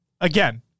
again